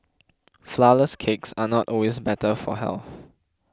Flourless Cakes are not always better for health